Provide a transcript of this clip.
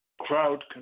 crowd